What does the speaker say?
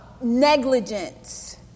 negligence